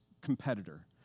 competitor